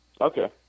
Okay